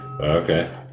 Okay